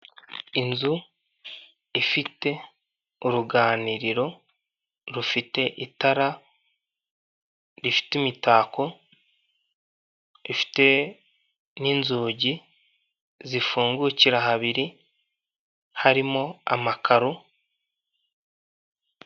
Inzu ifite uruganiriro rufite itara rifite imitako, ifite n'inzugi zifungukira habiri harimo amakaro...